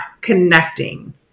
connecting